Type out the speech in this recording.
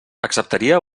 acceptaria